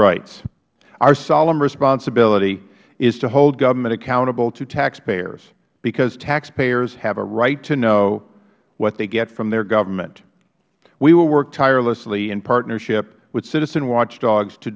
solemn responsibility is to hold government accountable to taxpayers because taxpayers have a right to know what they get from their government we will work tirelessly in partnership with citizen watchdogs to